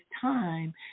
time